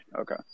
Okay